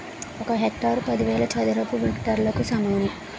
ఒక హెక్టారు పదివేల చదరపు మీటర్లకు సమానం